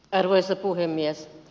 arvoisa puhemies